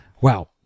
Wow